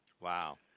Wow